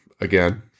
again